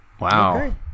Wow